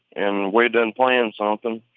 and we done planned something.